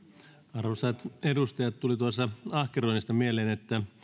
arvoisat edustajat tuli tuossa ahkeroinnista mieleen että